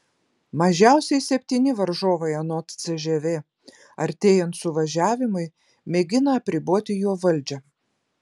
mažiausiai septyni varžovai anot cžv artėjant suvažiavimui mėgina apriboti jo valdžią